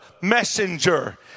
messenger